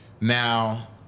Now